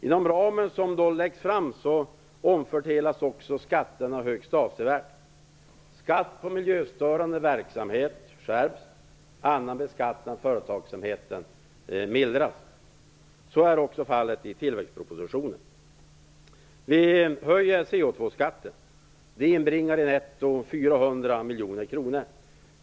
Inom den ram som läggs fram omfördelas också skatterna högst avsevärt; skatten på miljöförstörande verksamhet skärps och annan beskattning av företagsamheten mildras. Så är fallet i tillväxtpropositionen. Vi genomför en höjning av Co2-skatten, vilket inbringar 400 miljoner kronor netto.